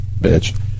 bitch